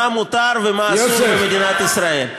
מה מותר ומה אסור במדינת ישראל?